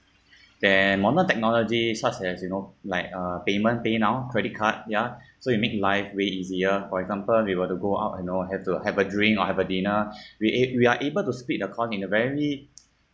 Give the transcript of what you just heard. then modern technology such as you know like uh payment PayNow credit card ya so it made life way easier for example we were to go out and all have to have a drink or have a dinner we a~ we are able to split the cost in a very